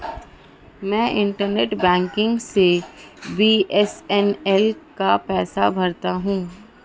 मैं internet banking से बी.एस.एन.एल का पैसा भरता हूं